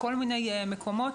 כל מיני מקומות